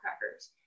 crackers